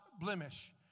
blemish